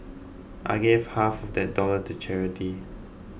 I gave half of that dollars to charity